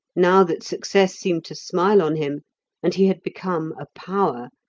now that success seemed to smile on him and he had become a power,